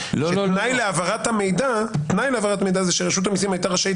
שתנאי להעברת המידע זה שרשות המיסים הייתה רשאית